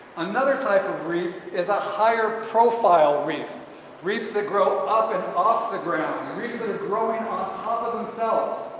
another type of reef is a higher profile reef reefs that grow up and off the ground reefs and growing on top of themselves.